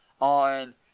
on